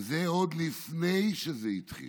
וזה עוד לפני שזה התחיל.